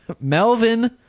Melvin